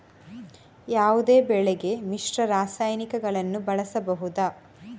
ಯಾವುದೇ ಬೆಳೆಗೆ ಮಿಶ್ರ ರಾಸಾಯನಿಕಗಳನ್ನು ಬಳಸಬಹುದಾ?